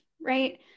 right